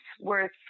worth